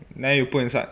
then you put inside